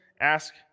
ask